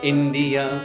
India